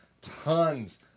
tons